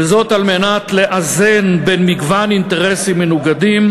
על מנת לאזן בין מגוון אינטרסים מנוגדים,